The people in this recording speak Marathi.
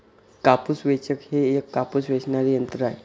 कापूस वेचक हे एक कापूस वेचणारे यंत्र आहे